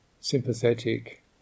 sympathetic